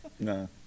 No